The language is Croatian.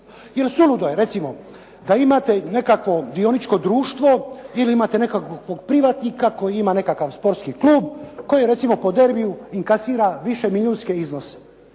Jer suludo je recimo da imate nekakvo dioničko društvo ili imate nekakvog privatnika koji ima nekakav sportski klub koji recimo po derbiju inkasira višemilijunske iznose.